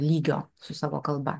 lygio su savo kalba